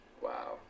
Wow